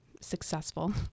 successful